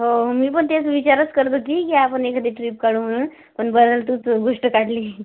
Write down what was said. हो मी पण तेच विचारच करत होते की आपण एखादी ट्रिप काढू म्हणून पण बरं झालं तूच गोष्ट काढली